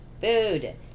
Food